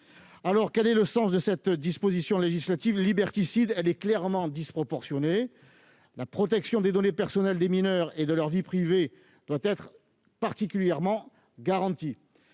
Alors, quel est le sens de cette disposition législative liberticide, qui est clairement disproportionnée ? La protection des données personnelles des mineurs et de leur vie privée doit être particulièrement garantie.